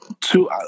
two